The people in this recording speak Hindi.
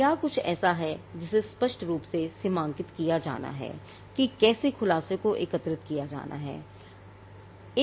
क्या कुछ ऐसा है जिसे स्पष्ट रूप से सीमांकित किया जाना है कि कैसे खुलासे को एकत्रित किया जाना है